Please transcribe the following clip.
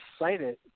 excited